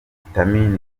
vitamini